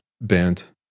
bent